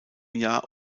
jahr